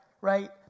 right